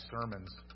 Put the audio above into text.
sermons